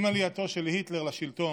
עם עלייתו של היטלר לשלטון,